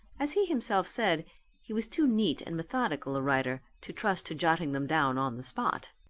as he himself said he was too neat and methodical a writer to trust to jotting them down on the spot.